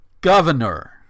Governor